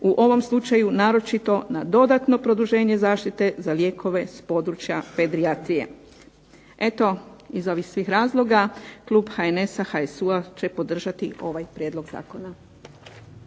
u ovom slučaju naročito na dodatno produženje zaštite za lijekove s područja pedijatrije. Eto iz ovih svih razloga klub HNS-a, HSU-a će podržati ovaj prijedlog zakona.